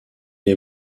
est